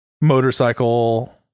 motorcycle